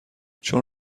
چون